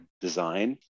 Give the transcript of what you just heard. design